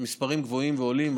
המספרים גבוהים ועולים.